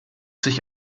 sich